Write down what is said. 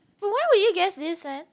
but why will you guess this then